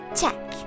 check